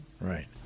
right